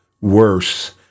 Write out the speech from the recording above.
worse